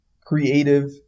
creative